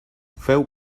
feu